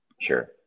Sure